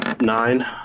Nine